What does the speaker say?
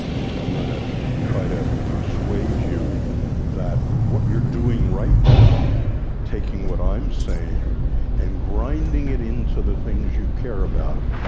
and so i'm going to try to persuade you that what you're doing right now taking what i'm saying and grinding it into the things you care about,